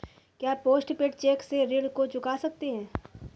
क्या post paid cheque से ऋण को चुका सकते हैं?